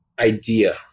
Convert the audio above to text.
idea